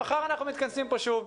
מחר אנחנו מתכנסים פה שוב.